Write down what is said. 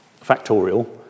factorial